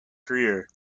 career